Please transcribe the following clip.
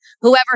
whoever